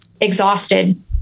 exhausted